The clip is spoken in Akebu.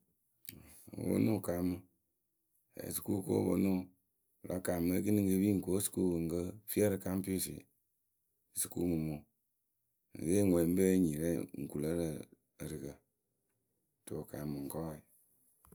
Wɨ ponu wɨ kaamɨ, fɛɛsukukowǝ wɨ ponu wǝǝ, wɨ la kaamɨ ekiniŋ kɨ piyǝ ŋ ko sukuwǝ ŋ ke fii ǝrɨ kaŋpisi sukumumuŋwǝ. Piyǝ we ŋwe ŋ pe yee nyiyǝ rɛ ŋ kuŋ lǝ rɨ ǝrɨkǝ to wɨ kaamɨ mɨŋkɔɔwe.